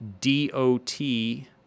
d-o-t